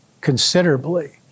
considerably